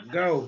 go